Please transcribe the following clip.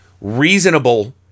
reasonable